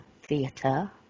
theatre